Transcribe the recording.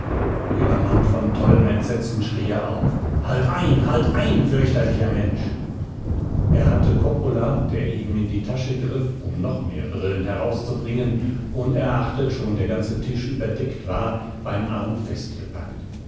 übermannt von tollem entsetzen schrie er auf halt ein halt ein fürchterlicher mensch er hatte coppola der eben in die tasche griff um noch mehr brillen herauszubringen unerachtet schon der ganze tisch überdeckt war beim arm